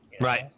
Right